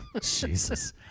Jesus